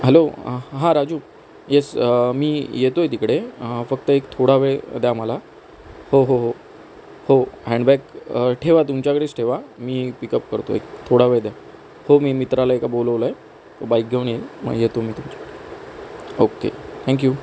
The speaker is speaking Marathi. हॅलो हां राजू येस मी येतो आहे तिकडे फक्त एक थोडा वेळ द्या मला हो हो हो हो हँडबॅग ठेवा तुमच्याकडेच ठेवा मी पिकअप करतो आहे एक थोडा वेळ द्या हो मी मित्राला एका बोलवलं आहे तो बाईक घेऊन येईल मग येतो मी तुमच्याकडे ओके थँक्यू